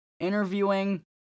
interviewing